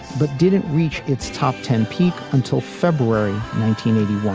but didn't reach its top ten peak until february